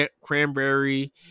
cranberry